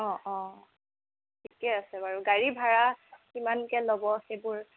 অ অ ঠিকে আছে বাৰু গাড়ী ভাৰা কিমানকৈ ল'ব সেইবোৰ